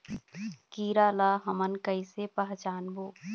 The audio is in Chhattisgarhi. कीरा ला हमन कइसे पहचानबो?